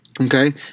Okay